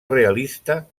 realista